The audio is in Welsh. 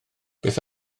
beth